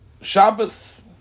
Shabbos